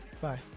bye